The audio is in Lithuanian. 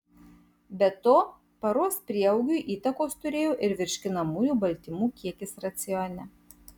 be to paros prieaugiui įtakos turėjo ir virškinamųjų baltymų kiekis racione